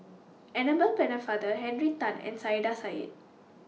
Annabel Pennefather Henry Tan and Saiedah Said